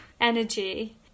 energy